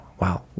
wow